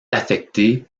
affecté